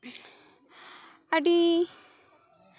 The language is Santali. ᱟᱹᱰᱤ